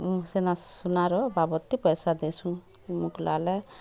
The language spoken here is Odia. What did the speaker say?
ସେନ୍ତା ସୁନାର ବାବଦ୍କେ ପଏସା ଦେସୁଁ ମୁକ୍ଲାଲେ